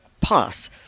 pass